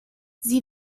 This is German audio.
sie